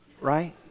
right